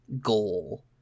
goal